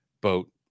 boat